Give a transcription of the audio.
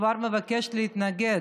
כבר מבקש להתנגד.